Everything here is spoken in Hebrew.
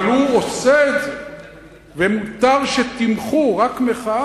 אבל הוא עושה את זה ומותר שתמחו, רק מחאה.